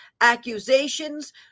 accusations